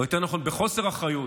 או יותר נכון בחוסר אחריות,